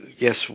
yes